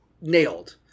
nailed